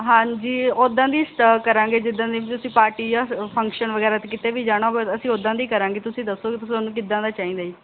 ਹਾਂਜੀ ਉੱਦਾਂ ਦੀ ਸਟਾ ਕਰਾਂਗੇ ਜਿੱਦਾਂ ਦੀ ਤੁਸੀਂ ਪਾਰਟੀ ਜਾਂ ਫੰਕਸ਼ਨ ਵਗੈਰਾ 'ਤੇ ਕਿਤੇ ਵੀ ਜਾਣਾ ਹੋਵੇ ਅਸੀਂ ਉੱਦਾਂ ਦੀ ਕਰਾਂਗੇ ਤੁਸੀਂ ਦੱਸੋਗੇ ਅਤੇ ਤੁਹਾਨੂੰ ਕਿੱਦਾਂ ਦਾ ਚਾਹੀਦਾ ਜੀ